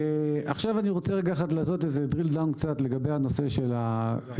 עכשיו אני רוצה לדבר קצת לגבי הנושא של כמה